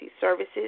Services